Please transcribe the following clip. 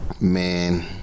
Man